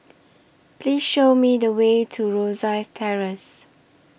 Please Show Me The Way to Rosyth Terrace